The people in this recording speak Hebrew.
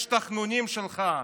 יש תחנונים שלך.